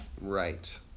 right